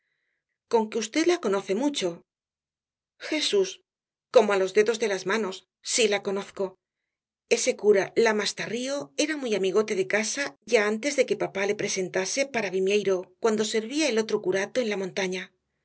conque v la conoce mucho jesús como á los dedos de las manos si la conozco ese cura lamas tarrío era muy amigote de casa ya antes de que papá le presentase para vimieiro cuando servía el otro curato en la montaña